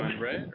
right